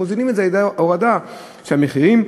הם מוזילים את זה על-ידי הורדה של המחירים,